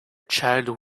child